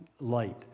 light